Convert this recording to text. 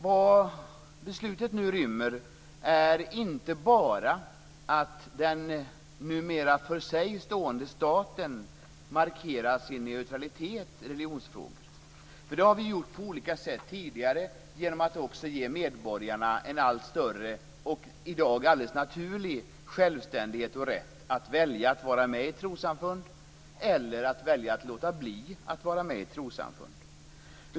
Vad beslutet rymmer är inte bara att den numera för sig stående staten markerar sin neutralitet i religionsfrågor, för det har vi gjort på olika sätt tidigare genom att ge medborgarna en allt större och en i dag alldeles naturlig självständighet och rätt att välja att vara med i ett trossamfund eller att välja att låta bli att vara med i ett trossamfund.